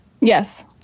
Yes